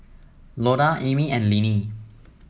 Loda Amie and Linnie